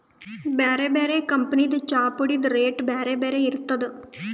ಬ್ಯಾರೆ ಬ್ಯಾರೆ ಕಂಪನಿದ್ ಚಾಪುಡಿದ್ ರೇಟ್ ಬ್ಯಾರೆ ಬ್ಯಾರೆ ಇರ್ತದ್